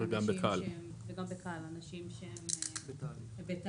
וגם בקאל אנשים שהם בתהליך.